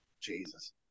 Jesus